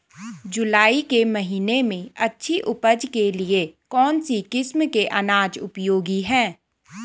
जुलाई के महीने में अच्छी उपज के लिए कौन सी किस्म के अनाज उपयोगी हैं?